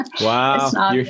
Wow